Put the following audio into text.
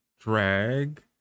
drag